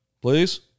Please